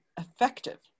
effective